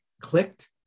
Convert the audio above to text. clicked